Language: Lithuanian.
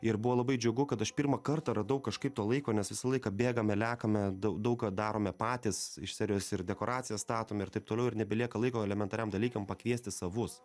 ir buvo labai džiugu kad aš pirmą kartą radau kažkaip to laiko nes visą laiką bėgame lekiame dau daug ką darome patys iš serijos ir dekoracijas statome ir taip toliau ir nebelieka laiko elementariam dalykam pakviesti savus